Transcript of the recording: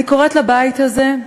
אני קוראת לבית הזה,